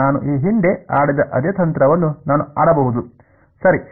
ನಾನು ಈ ಹಿಂದೆ ಆಡಿದ ಅದೇ ತಂತ್ರವನ್ನು ನಾನು ಆಡಬಹುದು ಸರಿ